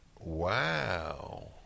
Wow